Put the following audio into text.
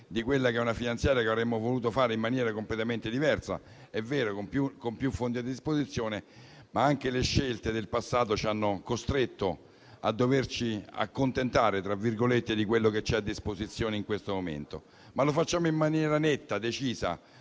di quella che è una manovra che avremmo voluto fare in maniera completamente diversa, con più fondi a disposizione. Anche le scelte del passato ci hanno costretto a doverci "accontentare" di quello che c'è a disposizione in questo momento. Lo facciamo in maniera netta e decisa,